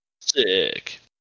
Sick